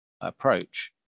approach